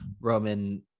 Roman